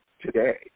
today